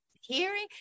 hearing